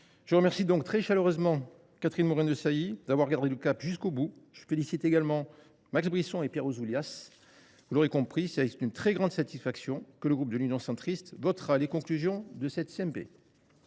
Je remercie donc très chaleureusement Catherine Morin Desailly d’avoir gardé le cap jusqu’au bout. Je félicite également Max Brisson et Pierre Ouzoulias. Vous l’aurez compris, c’est avec une très grande satisfaction que le groupe Union Centriste votera les conclusions de cette